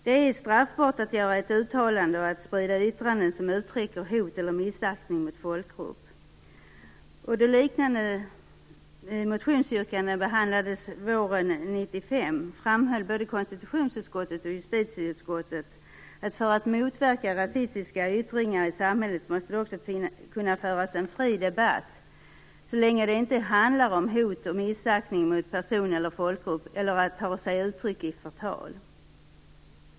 Det är straffbart att göra ett uttalande och att sprida yttranden som uttrycker hot eller missaktning mot folkgrupp. 1995 framhöll både konstitutionsutskottet och justitieutskottet att om man skall kunna motverka rasistiska yttringar i samhället måste det också kunna föras en fri debatt, så länge det inte handlar om hot och missaktning mot person eller folkgrupp eller tar sig uttryck i t.ex. förtal.